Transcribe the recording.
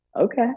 Okay